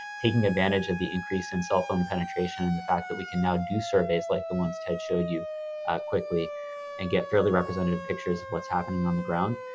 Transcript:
taking advantage of the increase in cell phone penetration and the fact that we can now do surveys like the ones ted showed you quickly and get fairly representative pictures of what's happening on the ground.